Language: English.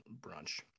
brunch